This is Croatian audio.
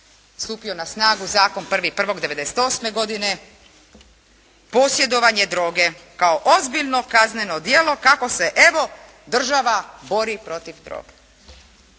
stupio na snagu zakon 1.1.1998. godine posjedovanje droge kao ozbiljno kazneno djelo kako se evo država bori proti droge.